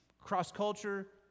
Cross-culture